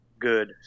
good